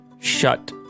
shut